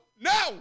no